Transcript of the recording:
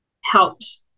helped